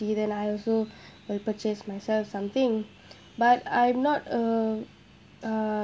tea then I also will purchase myself something but I'm not a uh